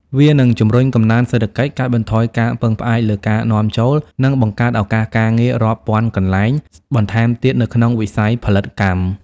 វានឹងជំរុញកំណើនសេដ្ឋកិច្ច កាត់បន្ថយការពឹងផ្អែកលើការនាំចូល និងបង្កើតឱកាសការងាររាប់ពាន់កន្លែងបន្ថែមទៀតនៅក្នុងវិស័យផលិតកម្ម។